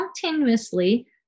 continuously